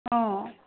অঁ